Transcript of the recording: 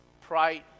pride